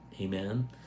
amen